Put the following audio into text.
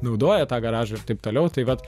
naudoja tą garažą ir taip toliau tai vat